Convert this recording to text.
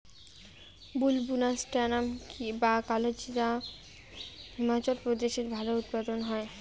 বুলবোকাস্ট্যানাম বা কালোজিরা হিমাচল প্রদেশে ভালো উৎপাদন হয়